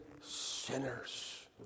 sinners